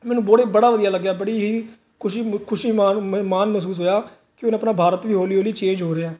ਮੈਨੂੰ ਬੜੇ